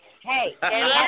Hey